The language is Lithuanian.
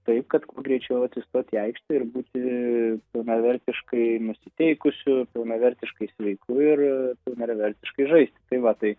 taip kad kuo greičiau atsistot į aikštę ir būti pilnavertiškai nusiteikusi pilnavertiškai sveiku ir na ir vertiškai žaisti tai va tai